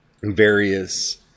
various